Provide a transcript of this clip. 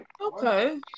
okay